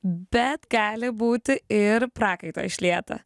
bet gali būti ir prakaito išlieta